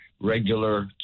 regular